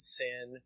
sin